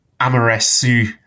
Amoresu